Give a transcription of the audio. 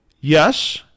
Yes